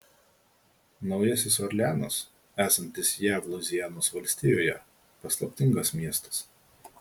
naujasis orleanas esantis jav luizianos valstijoje paslaptingas miestas